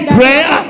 prayer